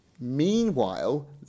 Meanwhile